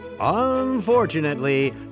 Unfortunately